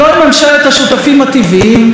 לא עם ממשלת השותפים הטבעיים,